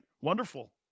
Wonderful